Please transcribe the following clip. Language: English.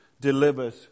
delivers